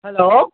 hello